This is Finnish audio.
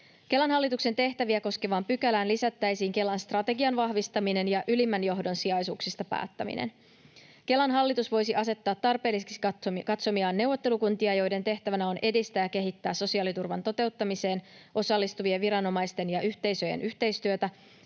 Kelan hallituksen tehtäviä koskevaan pykälään lisättäisiin Kelan strategian vahvistaminen ja ylimmän johdon sijaisuuksista päättäminen. Kelan hallitus voisi asettaa tarpeelliseksi katsomiaan neuvottelukuntia, joiden tehtävänä on edistää ja kehittää sosiaaliturvan toteuttamiseen osallistuvien viranomaisten ja yhteisöjen yhteistyötä